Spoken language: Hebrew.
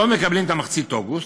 לא מקבלים את מחצית אוגוסט,